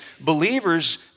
believers